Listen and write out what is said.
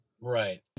Right